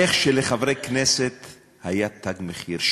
איך שלחברי כנסת היה תג מחיר.